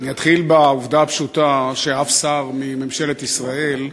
אני אתחיל בעובדה הפשוטה שאף שר מממשלת ישראל לא